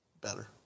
better